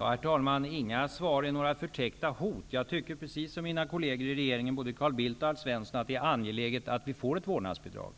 Herr talman! Svaren är inga förtäckta hot. Jag tycker precis som mina kolleger i regeringen, både Carl Bildt och Alf Svensson, att det är angeläget att vi får ett vårdnadsbidrag.